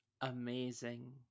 amazing